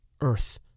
earth